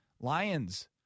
Lions